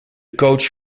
coach